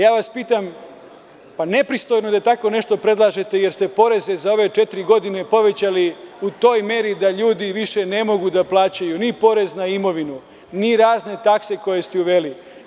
Ja vas pitam, pa, nepristojno je da tako nešto predlažete jer ste poreze za ove četiri godine povećali u toj meri da ljudi više ne mogu da plaćaju ni porez na imovinu, ni razne takse koje ste uveli.